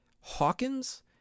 Hawkins